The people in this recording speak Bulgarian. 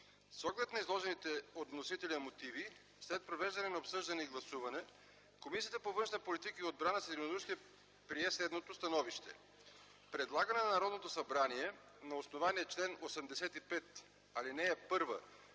С оглед на изложените от вносителя мотиви, след провеждане на обсъждане и гласуване, Комисията по външна политика и отбрана с единодушие прие следното становище: Предлага на Народното събрание, на основание чл. 85, ал. 1,